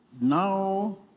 now